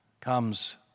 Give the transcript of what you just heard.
comes